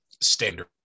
standard